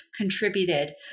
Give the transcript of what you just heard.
contributed